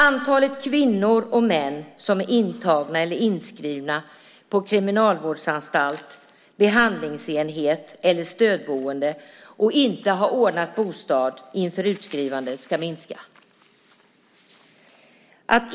Antalet kvinnor och män som är intagna eller inskrivna på kriminalvårdsanstalt, behandlingsenhet eller stödboende och inte har ordnat bostad inför utskrivande ska minska.